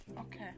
Okay